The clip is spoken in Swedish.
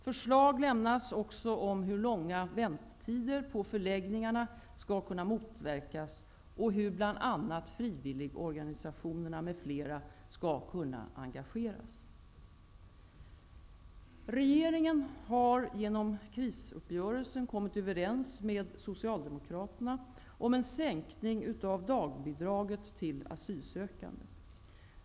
Förslag lämnas också om hur långa väntetider på förläggningarna skall kunna motverkas och hur bl.a. frivilligorganisationerna skall kunna engageras. Regeringen har genom krisuppgörelsen kommit överens med Socialdemokraterna om en sänkning av dagbidraget till asylsökande.